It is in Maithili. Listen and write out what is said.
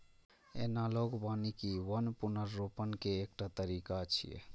एनालॉग वानिकी वन पुनर्रोपण के एकटा तरीका छियै